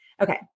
Okay